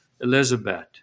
Elizabeth